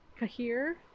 Kahir